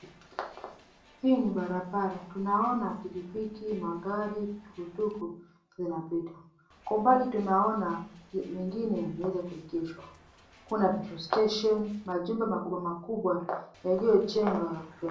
Hii ni barabara tunaona pikipiki, magari, tukutuku zinapita. Kwa mbali tunaona nyingine yamewezwa kuegeshwa. Kuna petrol station , majumba makubwa makubwa yaliyojengwa ya kupendeza.